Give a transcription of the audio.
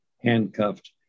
handcuffed